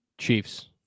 chiefs